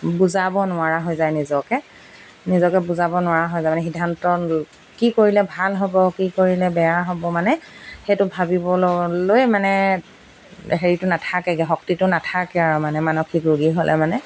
বুজাব নোৱাৰা হৈ যায় নিজকে নিজকে বুজাব নোৱাৰা হৈ যায় মানে সিদ্ধান্ত কি কৰিলে ভাল হ'ব কি কৰিলে বেয়া হ'ব মানে সেইটো ভাবিবলৈ মানে হেৰিটো নাথাকেগৈ শক্তিটো নাথাকে আৰু মানে মানসিক ৰোগী হ'লে মানে